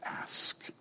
ask